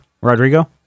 Rodrigo